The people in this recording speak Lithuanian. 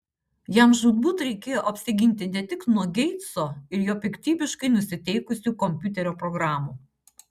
jam žūtbūt reikėjo apsiginti ne tik nuo geitso ir jo piktybiškai nusiteikusių kompiuterio programų